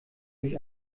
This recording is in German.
durch